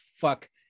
fuck